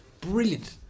brilliant